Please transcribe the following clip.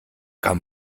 kam